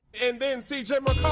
and then c. j.